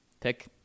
Pick